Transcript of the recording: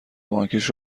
بانکیش